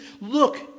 Look